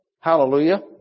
Hallelujah